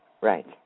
Right